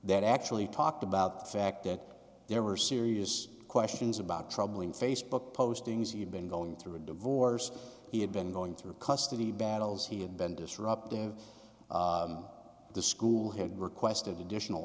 that actually talked about the fact that there were serious questions about troubling facebook postings even going through a divorce he had been going through custody battles he had been disruptive the school had requested additional